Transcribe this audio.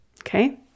Okay